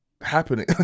happening